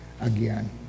again